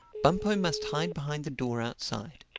bumpo must hide behind the door outside.